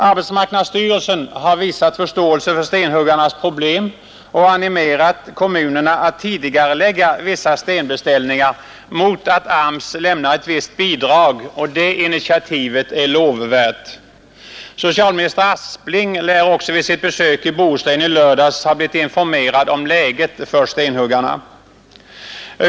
Arbetsmarknadsstyrelsen har visat förståelse för stenhuggarnas problem och animerat kommunerna att tidigarelägga vissa stenbeställningar mot att AMS lämnar ett visst bidrag, och det initiativet är lovvärt. Socialminister Aspling lär också vid sitt besök i Bohuslän i lördags ha blivit informerad om läget för stenhuggarna.